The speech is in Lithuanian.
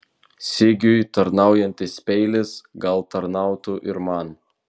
sigiui tarnaujantis peilis gal tarnautų ir man